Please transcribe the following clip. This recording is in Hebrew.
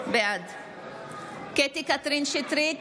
בעד קטי קטרין שטרית,